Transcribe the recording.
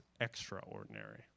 extraordinary